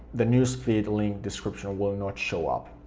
the newsfeed link description will not show up.